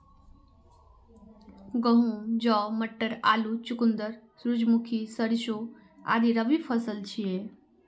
गहूम, जौ, मटर, आलू, चुकंदर, सूरजमुखी, सरिसों आदि रबी फसिल छियै